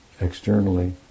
Externally